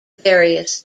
various